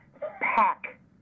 pack